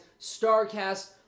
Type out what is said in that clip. StarCast